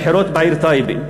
הבחירות בעיר טייבה.